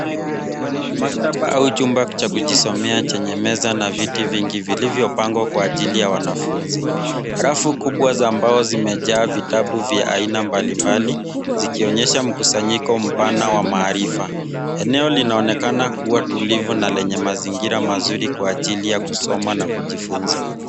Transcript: Maktaba au chumba cha kujisomea chenye meza na viti vingi vilivio pangwa kwa ajili ya wanafunzi. Rafu kubwa za mbao zimejaa vitabu vya aina mbalimbali zikionyesha mkusanyiko mpana wa maarifa. Eneo linaonekana kuwa tulivu na lenye mazingira mazuri kwa ajilia kusoma na kujifunza.